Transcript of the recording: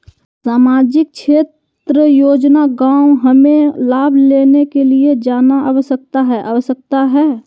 सामाजिक क्षेत्र योजना गांव हमें लाभ लेने के लिए जाना आवश्यकता है आवश्यकता है?